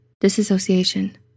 disassociation